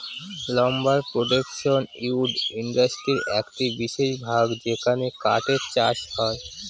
lumber production wood ইন্ডাস্ট্রির একটি বিশেষ ভাগ যেখানে কাঠের চাষ হয়